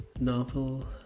novel